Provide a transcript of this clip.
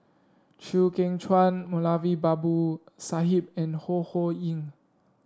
Chew Kheng Chuan Moulavi Babu Sahib and Ho Ho Ying